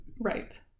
Right